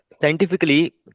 scientifically